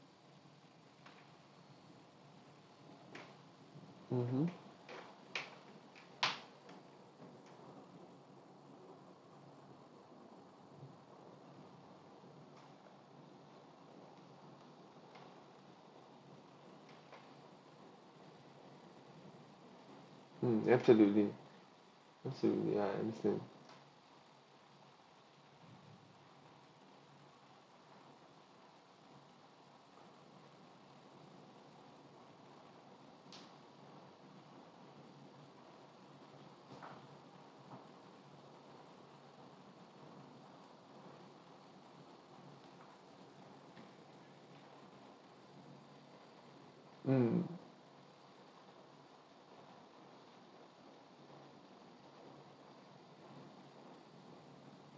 mmhmm mm absolutely absolutely I understand mm